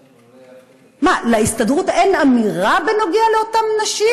מה, להסתדרות אין אמירה בנוגע לאותן נשים?